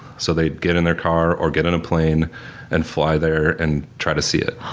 so they get in their car or get on a plane and fly there and try to see it.